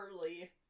early